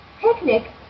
Picnic